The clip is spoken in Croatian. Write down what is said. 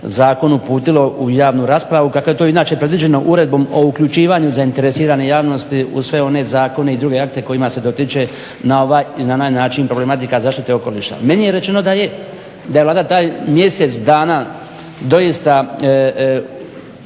Zakon uputilo u javnu raspravu kako je to inače predviđeno uredbom o uključivanju zainteresirane javnosti uz sve one zakone i druge akte kojima se dotiče na ovaj ili onaj način problematika zaštite okoliša. Meni je rečeno da je Vlada taj mjesec dana doista